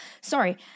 sorry